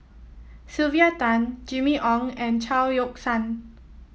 Sylvia Tan Jimmy Ong and Chao Yoke San